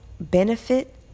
benefit